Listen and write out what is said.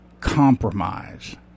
Compromise